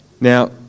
Now